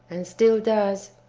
and still does,